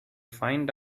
find